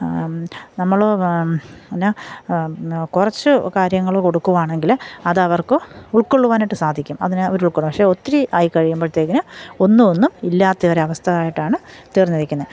നമ്മൾ പിന്നെ കുറച്ച് കാര്യങ്ങൾ കൊടുക്കുവാണെങ്കിൽ അതവർക്ക് ഉൾക്കൊള്ളുവാനായിട്ട് സാധിക്കും അതിന് അവർ ഉൾകൊള്ള പക്ഷേ ഒത്തിരി ആയിക്കഴിയുമ്പോഴത്തേക്കിന് ഒന്നും ഒന്നും ഇല്ലാത്ത ഒരവസ്ഥ ആയിട്ടാണ് തീർന്നിരിക്കുന്നത്